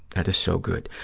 that is so good.